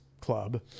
club